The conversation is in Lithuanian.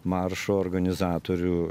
maršo organizatorių